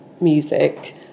music